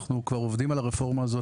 אנחנו כבר עובדים על הרפורמה הזאת,